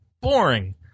boring